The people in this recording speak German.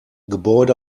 gebäude